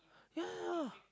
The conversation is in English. ya